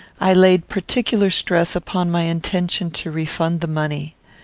i laid particular stress upon my intention to refund the money.